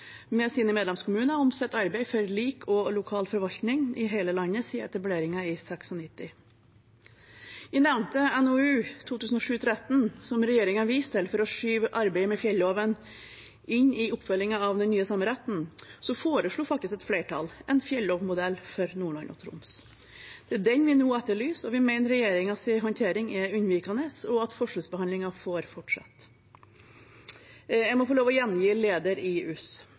med sine medlemskommuner av sitt arbeid for lik og lokal forvaltning i hele landet siden etableringen i 1996. I nevnte NOU 2007: 13, som regjeringen viser til for å skyve arbeidet med fjelloven inn i oppfølgingen av Den nye sameretten, foreslo faktisk et flertall en fjell-lovmodell for Nordland og Troms. Det er den vi nå etterlyser, og vi mener regjeringens håndtering er unnvikende, og at forskjellsbehandlingen får fortsette. Jeg må få lov til å gjengi lederen i